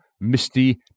misty